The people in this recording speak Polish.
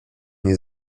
nie